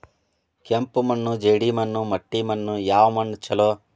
ಕೆಂಪು ಮಣ್ಣು, ಜೇಡಿ ಮಣ್ಣು, ಮಟ್ಟಿ ಮಣ್ಣ ಯಾವ ಮಣ್ಣ ಛಲೋ?